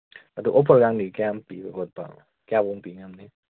ꯑꯗꯨ ꯑꯣꯐꯔꯀꯥꯗꯤ ꯀꯌꯥꯝ ꯄꯤꯕ ꯈꯣꯠꯄ ꯀꯌꯥꯕꯨꯛ ꯄꯤ ꯉꯝꯅꯤ